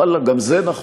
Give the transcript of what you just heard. ואללה, גם זה נכון.